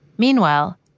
Meanwhile